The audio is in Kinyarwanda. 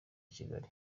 kigali